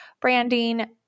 branding